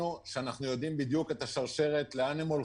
אז המקום הזה מאוד חשוב.